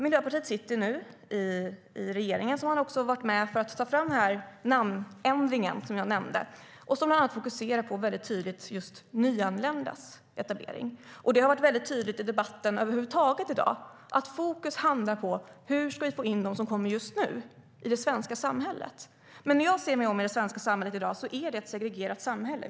Miljöpartiet sitter nu i regeringen och har varit med och tagit fram namnändringen som jag nämnde och som bland annat fokuserar väldigt tydligt på just nyanländas etablering. Det har varit tydligt i debatten över huvud taget i dag att fokus hamnar på: Hur ska vi få in dem som kommer just nu i det svenska samhället? När jag ser mig om i det svenska samhället ser jag ett segregerat samhälle.